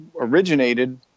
originated